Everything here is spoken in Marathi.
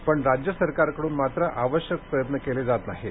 पण राज्य सरकारकडून मात्र आवश्यक प्रयत्न केले जात नाहीत